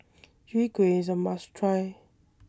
Chwee Kueh IS A must Try